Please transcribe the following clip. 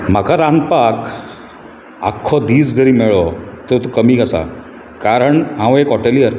म्हाका रांदपाक आख्खो दीस जरी मेळ्ळो तर कमी आसा कारण हांव एक हॉटेलियर